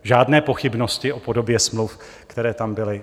Žádné pochybnosti o podobě smluv, které tam byly.